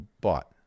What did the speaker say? bought